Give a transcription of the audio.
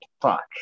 Fuck